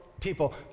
people